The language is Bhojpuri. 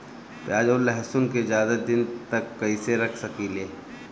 प्याज और लहसुन के ज्यादा दिन तक कइसे रख सकिले?